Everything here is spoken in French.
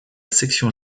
section